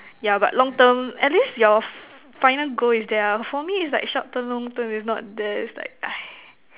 yeah but long term at least your final goal is there ah for me is like short term long term is not there is like